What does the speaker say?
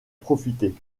profiter